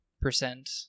percent